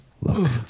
Look